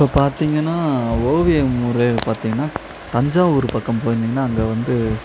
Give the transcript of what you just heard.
இப்போ பார்த்தீங்கன்னா ஓவியம் வரைகிறது பார்த்தீங்கன்னா தஞ்சாவூர் பக்கம் போயிருந்திங்கன்னால் அங்கே வந்து